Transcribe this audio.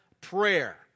prayer